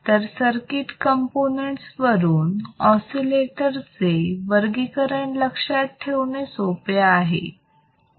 तर circuit components वरून oscillator चे वर्गीकरण लक्षात ठेवणे सोपे आहे